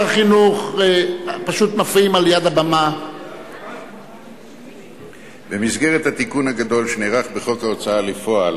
התשע"א 2011. במסגרת התיקון הגדול שנערך בחוק ההוצאה לפועל